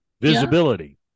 visibility